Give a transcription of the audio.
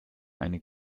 eine